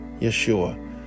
Yeshua